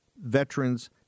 veterans